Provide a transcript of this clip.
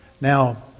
Now